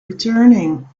returning